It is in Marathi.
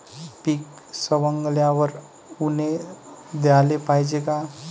पीक सवंगल्यावर ऊन द्याले पायजे का?